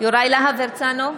יוראי להב הרצנו,